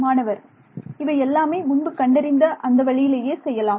மாணவர் இவை எல்லாமே முன்பு கண்டறிந்த அந்த வழியிலேயே செய்யலாம்